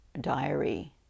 diary